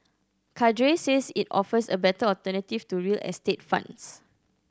Cadre says it offers a better alternative to real estate funds